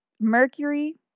Mercury